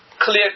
clear